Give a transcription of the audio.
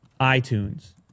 iTunes